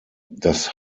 das